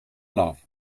love